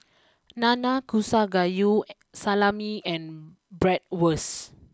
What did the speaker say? Nanakusa Gayu Salami and Bratwurst